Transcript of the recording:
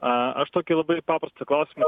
aš tokį labai paprastą klausimą